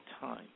time